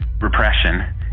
repression